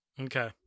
Okay